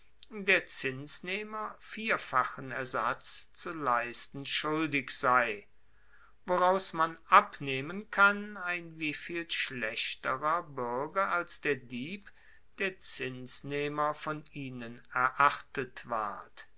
der zinsnehmer vierfachen ersatz zu leisten schuldig sei woraus man abnehmen kann ein wieviel schlechterer buerger als der dieb der zinsnehmer von ihnen erachtet ward